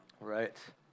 Right